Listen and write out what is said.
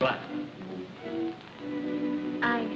but i